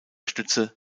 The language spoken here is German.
stütze